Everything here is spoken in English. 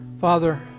Father